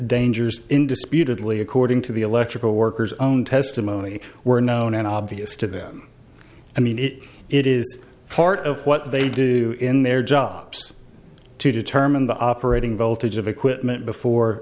dangers indisputed li according to the electrical workers own testimony were known and obvious to them i mean it it is part of what they do in their jobs to determine the operating voltage of equipment before